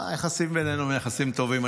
היחסים בינינו הם טובים,